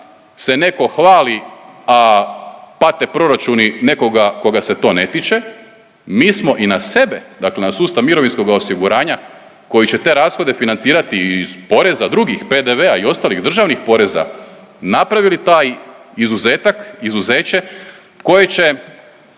se netko hvali, a pate proračuni nekoga koga se to ne time, mi smo i na sebe, dakle na sustav mirovinskoga osiguranja koji će te rashode financirati iz poreza drugih, PDV-a i ostalih državnih poreza, napravili taj izuzetak, izuzeće koje će